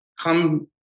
come